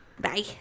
Bye